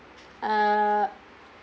uh